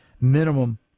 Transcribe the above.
Minimum